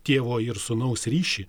tėvo ir sūnaus ryšį